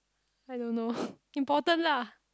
I don't know important lah